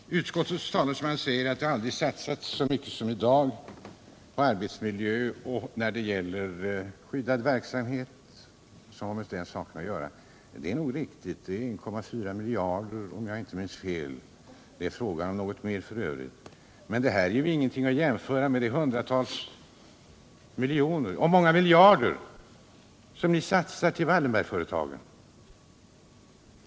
Herr talman! Utskottets talesman säger att det aldrig tidigare har satsats så mycket som i dag på arbetsmiljö och skyddad verksamhet, och det är nog riktigt. Om jag inte minns fel är det fråga om 1,4 miljarder kronor. Men det kan ändå inte jämföras med de många miljarder som ni satsar på Wallenbergföretagen.